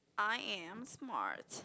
I am smart